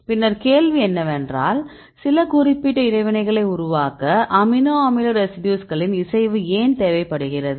பின்னர் கேள்வி என்னவென்றால் சில குறிப்பிட்ட இடைவினைகளை உருவாக்க அமினோ அமில ரெசிடியூஸ்களின் இசைவு ஏன் தேவைப்படுகிறது